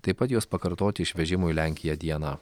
taip pat juos pakartoti išvežimo į lenkiją dieną